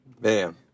Man